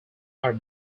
are